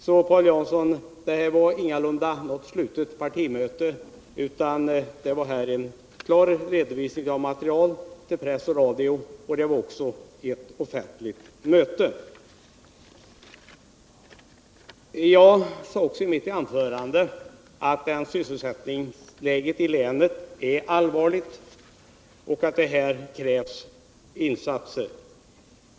Det var alltså ingalunda något slutet partimöte, Paul Jansson, utan det var en klar redovisning av material till press och radio, och det var ett offentligt möte. Jag sade också i mitt tidigare anförande att sysselsättningsläget i länet är allvarligt och att det krävs insatser.